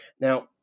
Now